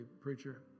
preacher